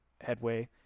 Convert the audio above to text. headway